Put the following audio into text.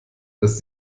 das